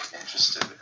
interested